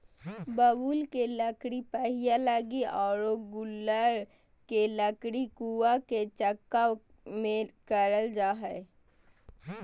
बबूल के लकड़ी पहिया लगी आरो गूलर के लकड़ी कुआ के चकका ले करल जा हइ